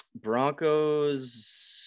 Broncos